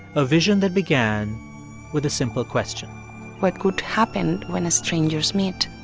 a vision that began with a simple question what could happen when strangers meet?